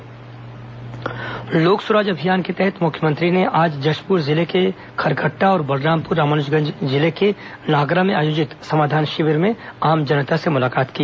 लोक सुराज अभियान लोक सुराज अभियान के तहत मुख्यमंत्री ने आज जशपुर जिले के खरकट्टा और बलरामपुर रामानुजगंज जिले के नागरा में आयोजित समाधान शिविर में आम जनता र्से मुलाकात की